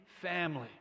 family